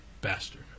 bastard